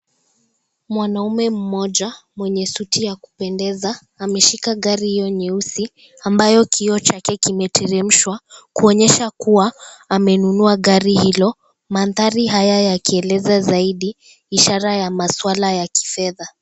Mwanaume mmoja, mwenye suti ya kupendeza, ameshika gari hiyo nyeusi ambaye kio chake kimeteremshwa, kuonyesha kuwa amenunua gari hilo mandhari haya yakieleza zaidi ishara ya mashwara ya kifedha.